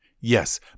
Yes